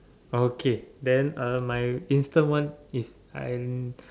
okay then uh my instant one is I'm